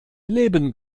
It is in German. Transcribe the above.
leben